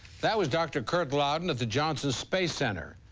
that was dr. kurt lowden at the johnson space center.